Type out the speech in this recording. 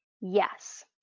yes